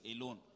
alone